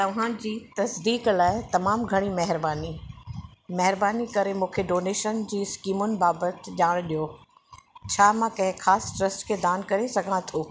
तव्हांजी तसदीक़ लाइ तमामु घणी महिरबानी महिरबानी करे मूंखे डोनेशन जी स्कीमुनि बाबति ॼाण ॾियो छा मां कंहिं ख़ासि ट्रस्ट खे दान करे सघां थो